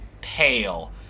pale